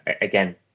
again